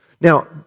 Now